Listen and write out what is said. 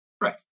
Right